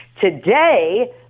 Today